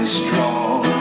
strong